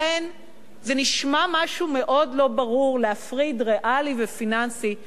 זה נשמע משהו מאוד לא ברור, להפריד ריאלי ופיננסי.